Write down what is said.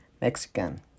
Mexican